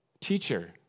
Teacher